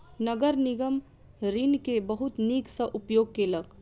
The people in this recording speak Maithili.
नगर निगम ऋण के बहुत नीक सॅ उपयोग केलक